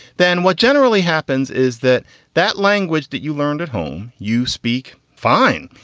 then what generally happens is that that language that you learned at home, you speak fine.